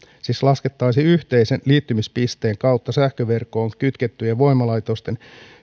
siis laskettaisiin yhteisen liittymispisteen kautta sähköverkkoon kytkettyjen voimalaitosten